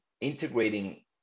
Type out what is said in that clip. integrating